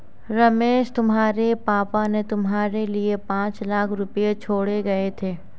रमेश तुम्हारे पापा ने तुम्हारे लिए पांच लाख रुपए छोड़े गए थे